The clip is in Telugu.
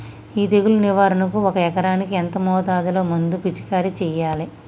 ఈ తెగులు నివారణకు ఒక ఎకరానికి ఎంత మోతాదులో మందు పిచికారీ చెయ్యాలే?